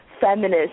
feminist